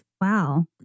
Wow